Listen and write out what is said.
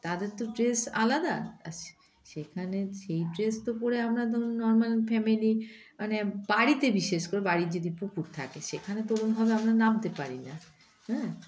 তাদের তো ড্রেস আলাদা আর সে সেখানে সেই ড্রেস তো পরে আমরা ধরুন নর্মাল ফ্যামিলি মানে বাড়িতে বিশেষ করে বাড়ির যদি পুকুর থাকে সেখানে তো ওরকমভাবে আমরা নামতে পারি না হ্যাঁ